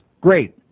Great